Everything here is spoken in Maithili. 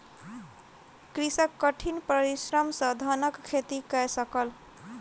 कृषक कठिन परिश्रम सॅ धानक खेती कय सकल